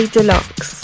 Deluxe